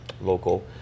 local